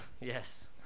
yes